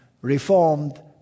Reformed